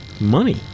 money